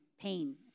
pain